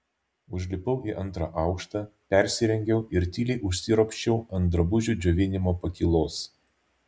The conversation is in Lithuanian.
užlipau į antrą aukštą persirengiau ir tyliai užsiropščiau ant drabužių džiovinimo pakylos